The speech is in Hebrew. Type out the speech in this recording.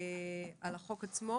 על החוק עצמו